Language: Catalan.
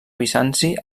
bizanci